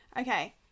Okay